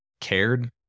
cared